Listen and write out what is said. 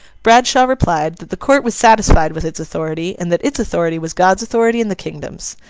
bradshaw replied, that the court was satisfied with its authority, and that its authority was god's authority and the kingdom's.